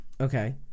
Okay